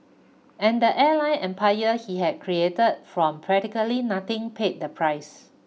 and the airline empire he had created from practically nothing paid the price